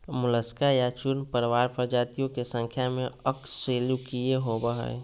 Mollusca या चूर्णप्रावार प्रजातियों के संख्या में अकशेरूकीय होबो हइ